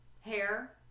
hair